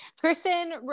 Kristen